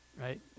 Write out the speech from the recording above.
right